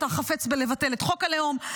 אתה חפץ לבטל את חוק הלאום.